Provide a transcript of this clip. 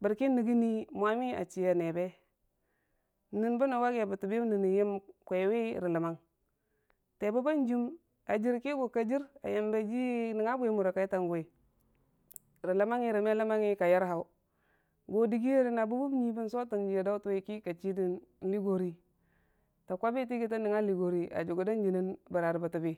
bər ki nəggini mwomi a chiiya nebe, nən bənən ake bətəbiyəm nən nəyəm kwewi nən ləmmang, tɨbə babbjiyəm a jir ki, gu ka jir a yəmbə jii nəngnga bwi a mura kaitaguwi rə ləmmangngi nən me ləmmangngi ka yar hau, gu a digiyere na bən wum nyui, bən sotən jiya, dautənwi ki ka chii nən Ligori, ka kwabi, tə nəngnga ugori a jugərda jinnən.